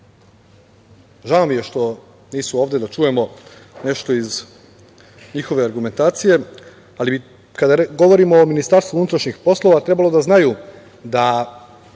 Žao mi je što nisu ovde, da čujemo nešto iz njihove argumentacije. Kada govorimo o Ministarstvu unutrašnjih poslova, trebalo je da znaju da